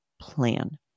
plan